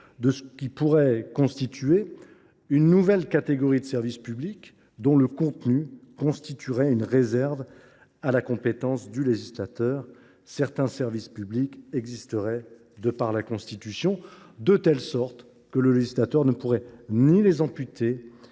d’une éventuelle nouvelle catégorie de services publics, dont le contenu constituerait une réserve à la compétence du législateur : certains services publics existeraient de par la Constitution, de telle sorte que le législateur ne pourrait ni les amputer